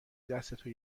دستتو